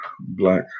Black